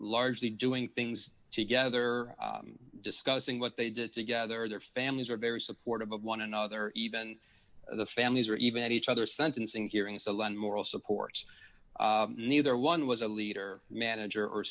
largely doing things together discussing what they did together their families are very supportive of one another even the families or even at each other sentencing hearing salon moral support neither one was a leader manager or